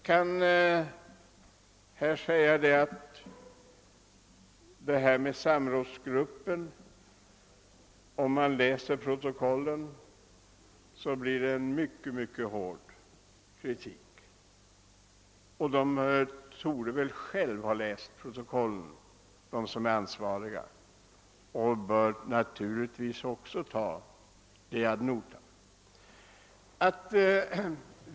Den som läser protokollet från samrådsgruppen finner att kritiken varit mycket hård, men de ansvariga har förmodligen själva läst protokollen och tagit innehållet ad notam.